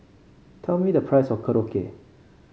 tell me the price of Korokke